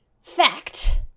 fact